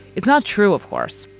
it's not true, of course,